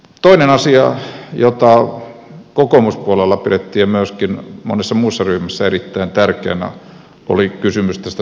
toinen asia jota kokoomuspuolella ja myöskin monessa muussa ryhmässä pidettiin erittäin tärkeänä oli kysymys tästä tuntimittauksesta